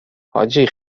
حاجی